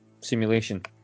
simulation